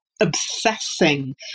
obsessing